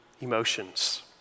emotions